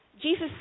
Jesus